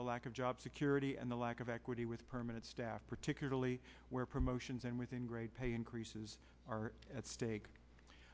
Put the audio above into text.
the lack of job security and the lack of equity with permanent staff particularly where promotions and within great pay increases are at stake